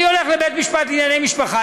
אני הולך לבית-משפט לענייני משפחה,